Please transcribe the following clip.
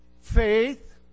faith